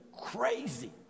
crazy